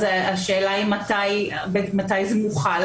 השאלה היא מתי זה מוחל,